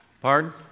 Pardon